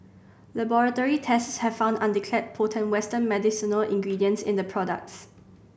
laboratory tests had found undeclared potent western medicinal ingredients in the products